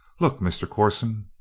look, mr. corson.